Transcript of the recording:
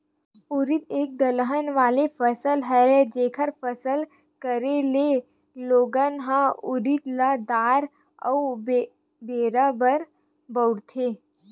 उरिद एक दलहन वाले फसल हरय, जेखर फसल करे ले लोगन ह उरिद ल दार अउ बेरा बर बउरथे